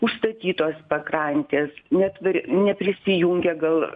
užstatytos pakrantės netvari neprisijungę gal